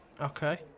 okay